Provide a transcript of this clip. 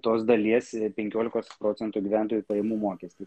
tos dalies penkiolikos procentų gyventojų pajamų mokestį